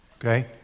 okay